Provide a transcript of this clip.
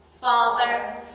Father